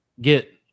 get